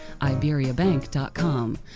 iberiabank.com